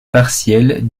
partielle